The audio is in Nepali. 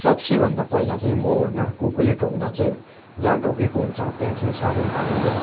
सबसे भन्दा पहिला चाहिँ म होइन कुकुरले टोक्दा चाहिँ जहाँ टोकेको हुन्छ त्यहाँ चाहिँ साबुनपानीले